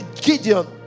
Gideon